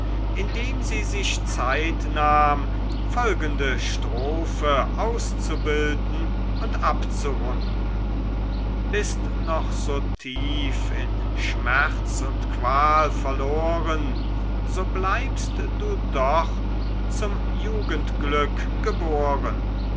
indem sie sich zeit nahm folgende strophe auszubilden und abzurunden bist noch so tief in schmerz und qual verloren so bleibst du doch zum jugendglück geboren